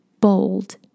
bold